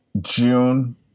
June